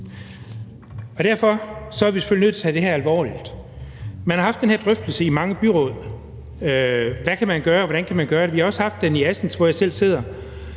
Derfor er vi selvfølgelig nødt til at tage det her alvorligt. Man har haft den her drøftelse i mange byråd: Hvad kan man gøre, og hvordan kan man gøre det? Vi har også haft den i Assens, hvor jeg selv sidder